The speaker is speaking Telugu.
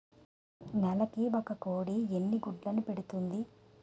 నెలకి ఒక కోడి ఎన్ని గుడ్లను పెడుతుంది?